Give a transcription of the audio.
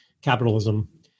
capitalism